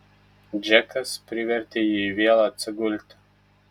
džekas privertė jį vėl atsigulti